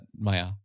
Maya